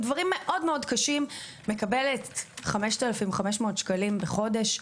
דברים מאוד קשים מקבלת 5,500 שקלים בחודש.